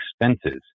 expenses